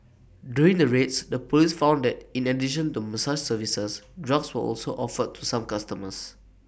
during the raids the Police found that in addition to massage services drugs were also offered to some customers